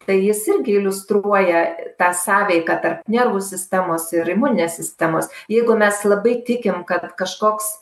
tai jis irgi iliustruoja tą sąveiką tarp nervų sistemos ir imuninės sistemos jeigu mes labai tikim kad kažkoks